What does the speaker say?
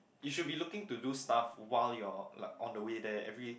you should be looking to do stuff while you're like on the way there every